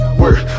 work